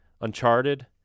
uncharted